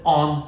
on